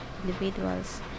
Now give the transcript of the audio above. individuals